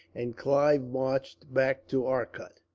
and clive marched back to arcot.